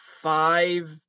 five